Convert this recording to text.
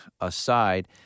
aside